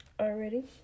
already